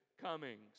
comings